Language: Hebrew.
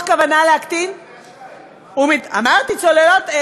אמרתי צוללות,